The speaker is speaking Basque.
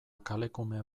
kalekume